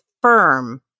Firm